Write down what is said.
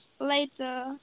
later